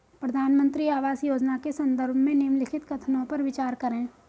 प्रधानमंत्री आवास योजना के संदर्भ में निम्नलिखित कथनों पर विचार करें?